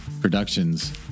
Productions